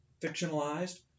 fictionalized